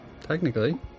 Technically